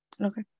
Okay